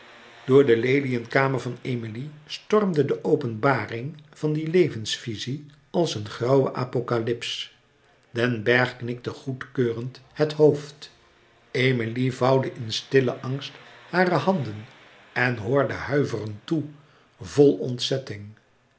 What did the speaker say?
door de leliënkamer van emilie stormde de openbaring van die levensvizie als een grauwe apocalypse den bergh knikte goedkeurend het hoofd emilie vouwde in stillen angst hare handen en hoorde huiverend toe vol ontzetting